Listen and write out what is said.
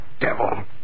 devil